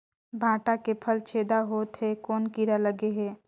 भांटा के फल छेदा होत हे कौन कीरा लगे हे?